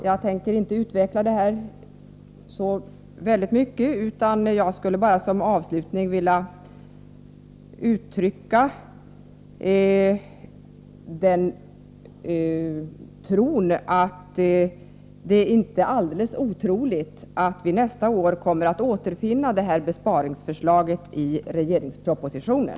Jag tänker inte utveckla detta så mycket mer utan vill bara som avslutning uttrycka det förmodandet, att det inte är alldeles otroligt att vi nästa år kommer att återfinna det här besparingsförslaget i regeringspropositionen.